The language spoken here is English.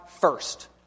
first